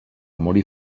morir